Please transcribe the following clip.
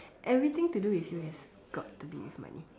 everything to do with you has got to do with money